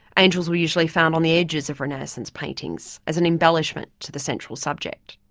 angels were usually found on the edges of renaissance paintings, as an embellishment to the central subject.